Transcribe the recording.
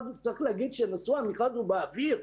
צריך להגיד שנשוא המכרז הוא אוויר,